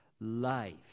life